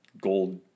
gold